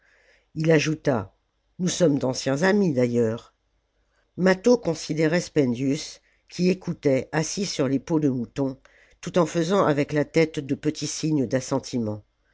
il ajouta nous sommes d'anciens amis d'ailleurs mâtho considérait spendius qui écoutait assis sur les peaux de mouton tout en faisant avec la tête de petits signes